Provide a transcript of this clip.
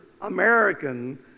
American